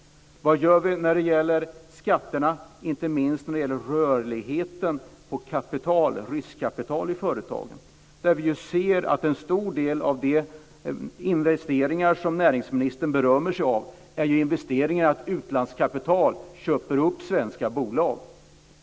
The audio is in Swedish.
Vad gör vi när det gäller skatterna och inte minst när det gäller rörligheten på riskkapital i företagen? Vi ser ju att en stor del av de investeringar som näringsministern berömmer sig av är investeringar som handlar om att utlandskapital köper upp svenska bolag.